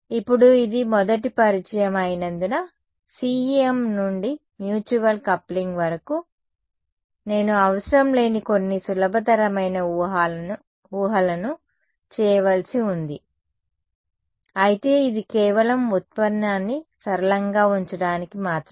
ఇప్పుడు ఇది మొదటి పరిచయం అయినందున CEM నుండి మ్యూచువల్ కప్లింగ్ వరకు నేను అవసరం లేని కొన్ని సులభతరమైన ఊహలను చేయవలసి ఉంది అయితే ఇది కేవలం వ్యుత్పన్నాన్ని సరళంగా ఉంచడానికి మాత్రమే